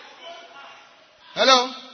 Hello